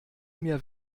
mir